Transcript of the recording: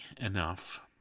enough